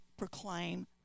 proclaim